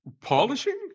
Polishing